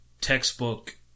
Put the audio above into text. textbook